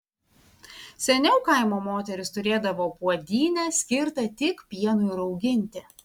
seniau kaimo moterys turėdavo puodynę skirtą tik pienui rauginti